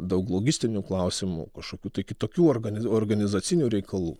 daug logistinių klausimų kažkokių tai kitokių organi organizacinių reikalų